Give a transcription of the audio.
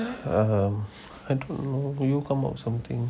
um I don't know can you come out something